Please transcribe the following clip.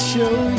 show